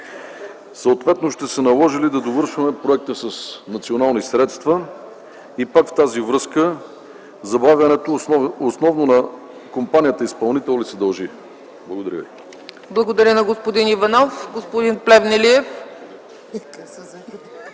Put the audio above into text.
Съответно ще се наложи ли да довършваме проекта с национални средства? И в тази връзка – забавянето на компанията-изпълнител ли се дължи? ПРЕДСЕДАТЕЛ